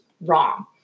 wrong